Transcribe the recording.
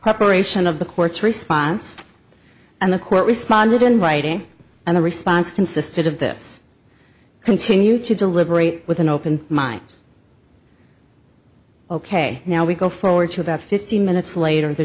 preparation of the court's response and the court responded in writing and the response consisted of this continue to deliberate with an open mind ok now we go forward to about fifteen minutes later the